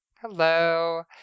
Hello